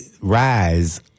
rise